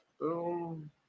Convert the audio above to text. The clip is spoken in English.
boom